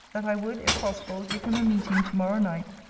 that i would, if possible, give him a meeting to-morrow night,